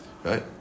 Right